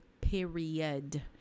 period